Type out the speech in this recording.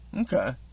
okay